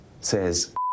says